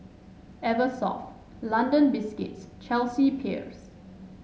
Eversoft London Biscuits and Chelsea Peers